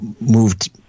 moved